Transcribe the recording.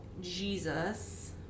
jesus